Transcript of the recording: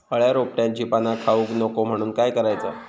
अळ्या रोपट्यांची पाना खाऊक नको म्हणून काय करायचा?